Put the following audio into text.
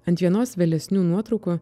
ant vienos vėlesnių nuotraukų